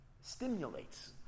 stimulates